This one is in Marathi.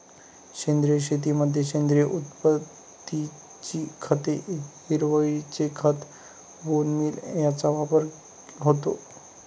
सेंद्रिय शेतीमध्ये सेंद्रिय उत्पत्तीची खते, हिरवळीचे खत, बोन मील यांचा वापर होतो